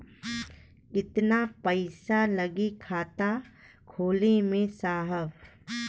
कितना पइसा लागि खाता खोले में साहब?